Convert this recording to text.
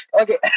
Okay